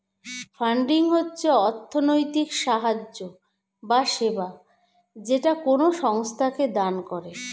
funding হচ্ছে অর্থনৈতিক সাহায্য বা সেবা যেটা কোনো সংস্থাকে দান করে